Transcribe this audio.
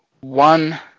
one